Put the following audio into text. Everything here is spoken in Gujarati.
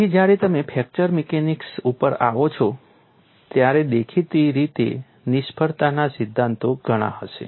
તેથી જ્યારે તમે ફ્રેક્ચર મિકેનિક્સ ઉપર આવો છો ત્યારે દેખીતી રીતે નિષ્ફળતાના સિદ્ધાંતો ઘણા હશે